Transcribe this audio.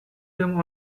them